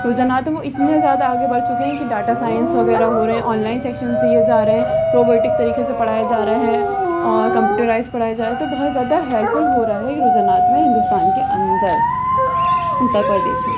رجحانات ہیں وہ اتنے زیادہ آگے بڑھ چکے ہیں کہ ڈاٹا سائنس وغیرہ ہو رہے ہیں آن لائن سیکشن دیے جا رہے ہیں روبوٹک طریقے سے پڑھائے جا رہے ہیں اور کمپیوٹرائز پڑھایا جا رہے ہیں تو بہت زیادہ ہیلپ فل ہو رہا ہے رجحانات میں ہندوستان کے اندر اتر پردیش میں